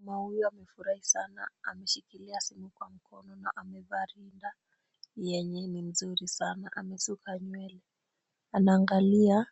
Mama huyu amefurahi sana ameshikilia simu kwa mkono na amevaa linda yenye ni nzuri sana, amesuka nywele. Anaangalia